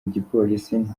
igipolisi